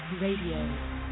Radio